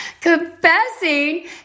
confessing